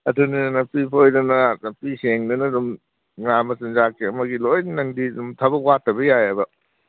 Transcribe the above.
ꯑꯗꯨꯅꯤ ꯅꯥꯄꯤ ꯐꯣꯏꯗꯅ ꯅꯥꯄꯤ ꯁꯦꯡꯗꯅ ꯑꯗꯨꯝ ꯉꯥ ꯃꯆꯤꯟꯖꯥꯛꯀꯤ ꯑꯃꯒꯤ ꯂꯣꯏꯅ ꯅꯪꯗꯤ ꯑꯗꯨꯝ ꯊꯕꯛ ꯋꯥꯠꯇꯕ ꯌꯥꯏꯌꯦꯕ